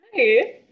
Hi